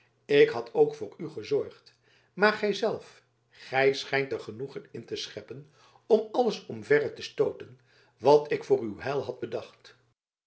ik had ook voor u gezorgd maar gij zelf gij schijnt er genoegen in te scheppen om alles omverre te stooten wat ik voor uw heil had bedacht